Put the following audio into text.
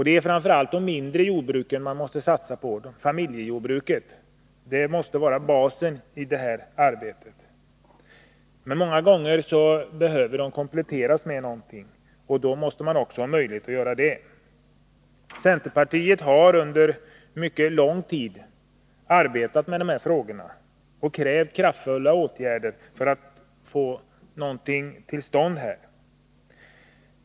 Det är framför allt de mindre jordbruken, familjejordbruken, som man skall satsa på. De måste vara basen. Centerpartiet har under mycket lång tid arbetat med dessa frågor och krävt kraftfulla åtgärder för att få någonting gjort.